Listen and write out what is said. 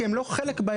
כי הם לא חלק באירוע.